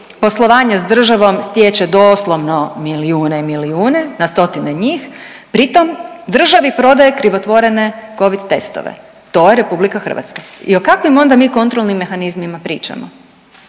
poslovanja sa državom stječe doslovno milijune i milijune na stotine njih, pritom državi prodaje krivotvorene covid testove. To je Republika Hrvatska. I o kakvim onda mi kontrolnim mehanizmima pričamo?